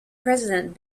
president